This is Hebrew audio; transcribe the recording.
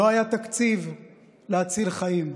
לא היה תקציב להציל חיים.